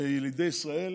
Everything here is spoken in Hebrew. ילידי ישראל